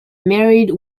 married